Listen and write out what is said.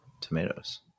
tomatoes